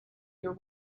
your